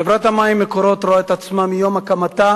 חברת המים "מקורות" רואה את עצמה מיום הקמתה